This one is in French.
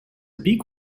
pique